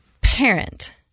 parent